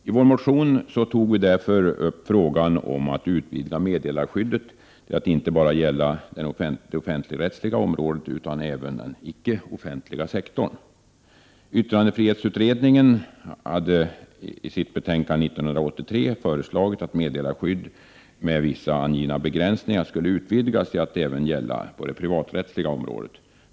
I vår motion tog vi därför upp frågan om en utvidgning av meddelarskyddet till att gälla inte bara det offentligrättsliga området utan också den icke offentliga sektorn. Yttrandefrihetsutredningen föreslog i ett betänkande 1983 att meddelarskyddet med vissa angivna begränsningar skulle utvidgas till att gälla även på det privaträttsliga området.